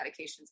medications